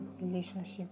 relationship